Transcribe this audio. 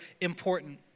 important